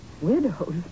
Widows